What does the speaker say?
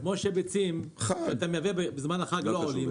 כמו שאתה מייבא ביצים בזמן החג והמחיר שלהן לא עולה,